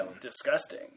Disgusting